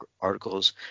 articles